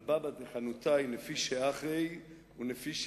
על בבא דחנותאי רב נפישי אחי ורחימי,